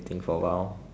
think for a while